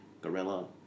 gorilla